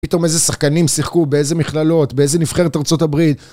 פתאום איזה שחקנים שיחקו באיזה מכללות, באיזה נבחרת ארה״ב